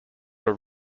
were